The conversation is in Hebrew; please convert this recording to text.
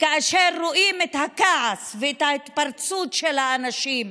כאשר רואים את הכעס ואת ההתפרצות של האנשים,